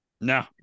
No